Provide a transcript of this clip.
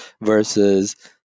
versus